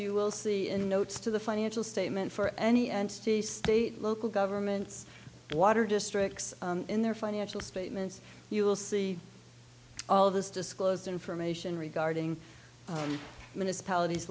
you will see in notes to the financial statement for any entity state local governments water districts in their financial statements you will see all of this disclosed information regarding minutes poli